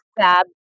FAB